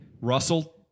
Russell